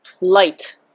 light